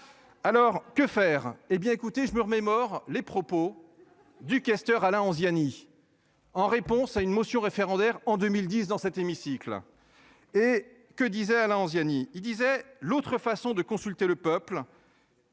Alors que faire. Eh bien écoutez je me remémore les propos du questeur Alain Anziani. En réponse à une motion référendaire en 2010 dans cet hémicycle. Et que disait Alain Anziani il disait l'autre façon de consulter le peuple.